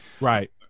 Right